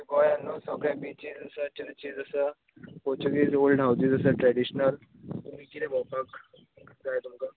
आमच्या गोंयान न्हू सगळे बीचीज आसा चर्चीज आसा पोर्चूगीज ओल्ड हावजीज आसा ट्रेडीशनल आनी कितें भोंवपाक जाय तुमका